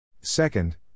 Second